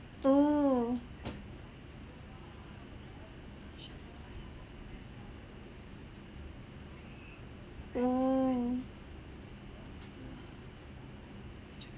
oh oh